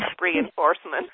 reinforcement